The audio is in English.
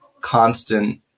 constant